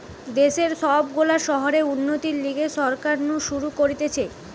দেশের সব গুলা শহরের উন্নতির লিগে সরকার নু শুরু করতিছে